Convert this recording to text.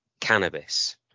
cannabis